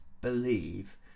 believe